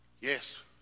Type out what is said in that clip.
Yes